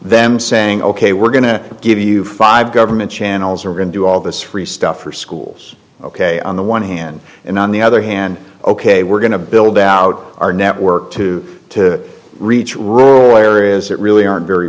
them saying ok we're going to give you five government channels are going to do all this free stuff for schools ok on the one hand and on the other hand ok we're going to build out our network to to reach rural areas that really aren't very